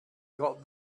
got